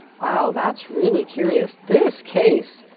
wow, that's really curious. this case,